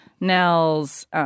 Nels